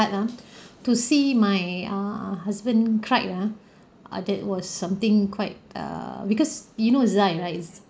but ah to see my err husband cried ah ah that was something quite err because you know zai right